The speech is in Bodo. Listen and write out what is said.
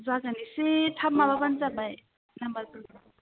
जागोन एसे थाब माबाब्लानो जाबाय नाम्बारफोरखौ